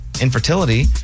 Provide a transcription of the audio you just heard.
infertility